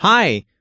Hi